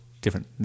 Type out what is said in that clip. different